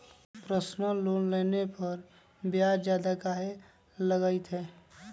Personal loan लेबे पर ब्याज ज्यादा काहे लागईत है?